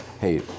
hey